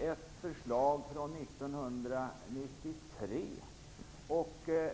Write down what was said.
ett förslag från 1993.